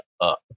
up